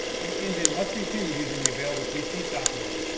the engine must be tuned using the available pc software.